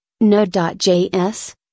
Node.js